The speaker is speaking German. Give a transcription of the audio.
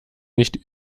nicht